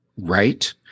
right